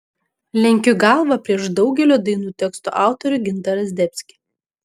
lenkiu galvą prieš daugelio dainų tekstų autorių gintarą zdebskį